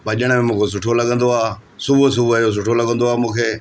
भॼण में मूंखे सुठो लॻंदो आहे सुबु सुबुह जो सुठो लॻंदो आहे मूंखे